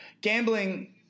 gambling